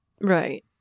Right